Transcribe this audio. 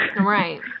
Right